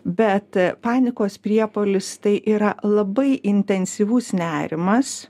bet panikos priepuolis tai yra labai intensyvus nerimas